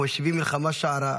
אנחנו משיבים לחמאס מלחמה שערה.